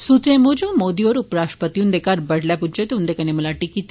सूत्रें मुजब मोदी होर उप राष्ट्रपति हुंदे घर बड्डलै पुज्जे ते उन्दे कन्नै मलाटी कीती